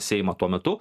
seimą tuo metu